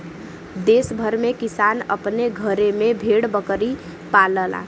देस भर में किसान अपने घरे में भेड़ बकरी पालला